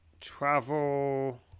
Travel